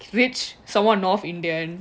rich someone north indian you know but like